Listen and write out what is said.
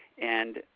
and